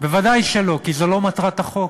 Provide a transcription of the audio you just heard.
ודאי שלא, כי זו לא מטרת החוק.